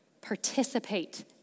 Participate